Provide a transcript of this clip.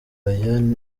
aya